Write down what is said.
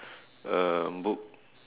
um book